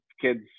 kids